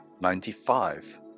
ninety-five